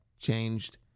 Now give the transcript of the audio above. changed